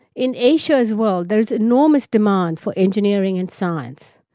in asia as well, there is enormous demand for engineering and science.